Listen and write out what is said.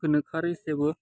गोनोखोआरि जेबो